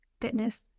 fitness